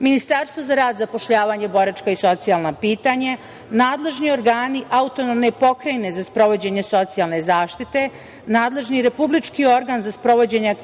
Ministarstvo za rad, zapošljavanje, boračka i socijalna pitanja, nadležni organi autonomne pokrajine za sprovođenje socijalne zaštite, nadležni republički organ za sprovođenje aktivnosti